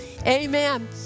Amen